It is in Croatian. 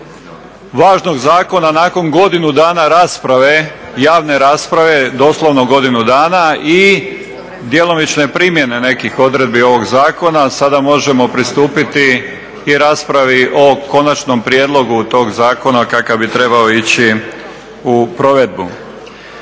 važnog zakona nakon godinu dana rasprave, javne rasprave doslovno godinu dana i djelomične primjene nekih odredbi ovog zakona, sada možemo pristupiti i raspravi o konačnom prijedlogu tog zakona kakav bi trebao ići u provedbu.